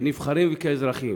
כנבחרים וכאזרחים,